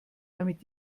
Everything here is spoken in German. damit